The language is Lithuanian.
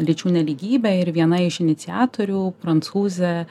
lyčių nelygybę ir viena iš iniciatorių prancūzė